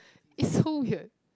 is so weird